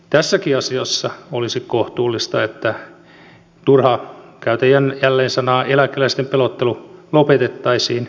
tässäkin asiassa olisi kohtuullista että turha käytän jälleen näitä sanoja eläkeläisten pelottelu lopetettaisiin